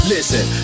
Listen